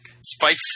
spikes